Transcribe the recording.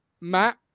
Matt